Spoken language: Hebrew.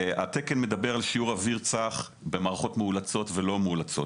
התקן מדבר על שיעור אוויר צח במערכות מאולצות ולא מאולצות.